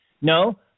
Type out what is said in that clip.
No